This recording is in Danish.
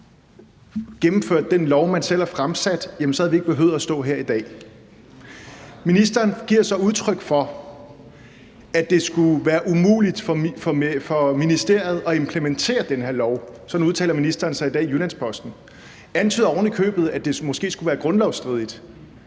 gennemførte den lov, man selv har fremsat. Jamen så havde vi ikke behøvet at stå her i dag. Den fungerende minister giver så udtryk for, at det skulle være umuligt for ministeriet at implementere den her lov – sådan udtaler ministeren sig i dag i Jyllands-Posten. Han antyder ovenikøbet over for offentligheden, at det måske skulle være grundlovsstridigt.